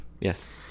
Yes